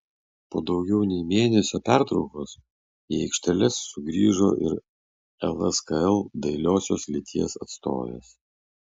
po daugiau nei mėnesio pertraukos į aikšteles sugrįžo ir lskl dailiosios lyties atstovės